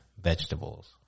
vegetables